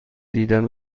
دیدن